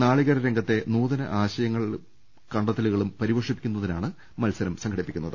നാളികേര രംഗത്തെ നൂതന ആശയങ്ങളും കണ്ടെ ത്തലുകളും പരിപോഷിപ്പിക്കുന്നതിനാണ് മത്സരം സംഘടിപ്പിക്കുന്നത്